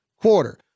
quarter